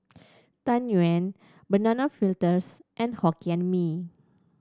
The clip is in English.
Tang Yuen Banana Fritters and Hokkien Mee